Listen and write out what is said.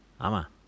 Ama